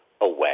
away